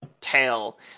tail